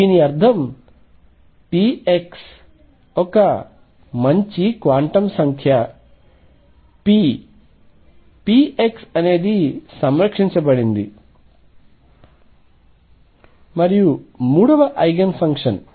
దీని అర్థం px ఒక మంచి క్వాంటం సంఖ్య p pxఅనేది సంరక్షించబడింది మరియు మూడవ ఐగెన్ ఫంక్షన్